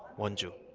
wonju